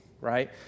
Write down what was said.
right